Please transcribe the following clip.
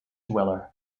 dweller